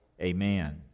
Amen